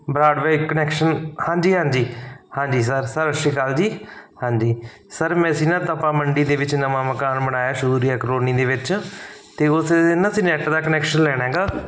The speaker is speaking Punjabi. ਬਰਾਡਵੇ ਕਨੈਕਸ਼ਨ ਹਾਂਜੀ ਹਾਂਜੀ ਹਾਂਜੀ ਸਰ ਸਤਿ ਸ਼੍ਰੀ ਅਕਾਲ ਜੀ ਹਾਂਜੀ ਸਰ ਮੈਂ ਅਸੀਂ ਨਾ ਤਪਾ ਮੰਡੀ ਦੇ ਵਿੱਚ ਨਵਾਂ ਮਕਾਨ ਬਣਾਇਆਂ ਸੂਰਿਆ ਕਲੋਨੀ ਦੇ ਵਿੱਚ ਅਤੇ ਉਸ ਦੇ ਨਾ ਅਸੀਂ ਨੈਟ ਦਾ ਕਨੈਕਸ਼ਨ ਲੈਣਾ ਹੈਗਾ